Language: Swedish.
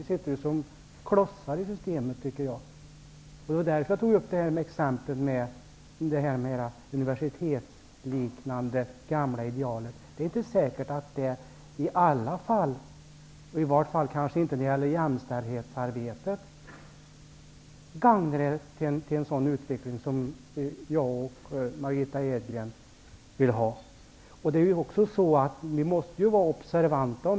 Vi sitter som klossar i systemet. Det var därför som jag tog upp exemplen med det universitetsliknande gamla idealet. Det är inte säkert att det i alla fall, och i vart fall inte när det gäller jämställdhetsarbetet, gagnar en sådan utveckling jag och Margitta Edgren vill ha. Vi måste vara observanta.